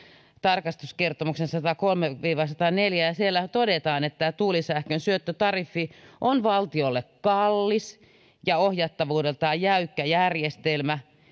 tarkastuskertomuksen sivut satakolme viiva sataneljä kun siellä todetaan että tuulisähkön syöttötariffi on valtiolle kallis ja ohjattavuudeltaan jäykkä järjestelmä